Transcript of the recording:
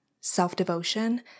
self-devotion